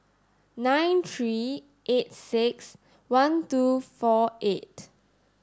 nine three eight six one two four eight